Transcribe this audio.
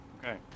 Okay